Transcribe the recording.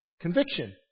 conviction